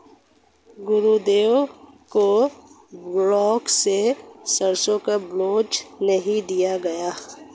गुरुदेव को ब्लॉक से सरसों का बीज नहीं दिया गया